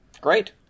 Great